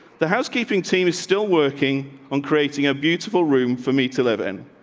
the housekeeping team is still working on creating a beautiful room for me to live in,